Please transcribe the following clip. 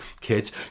Kids